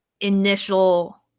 initial